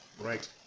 Right